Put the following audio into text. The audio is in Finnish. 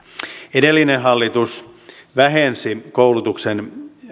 edellinen hallitus vähensi koulutuksen